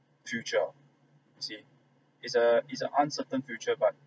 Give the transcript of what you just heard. future you see it's a it's a uncertain future but